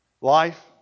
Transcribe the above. Life